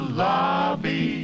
lobby